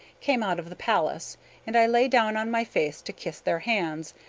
came out of the palace and i lay down on my face to kiss their hands,